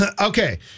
Okay